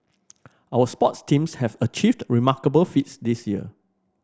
our sports teams have achieved remarkable feats this year